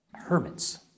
Hermits